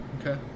okay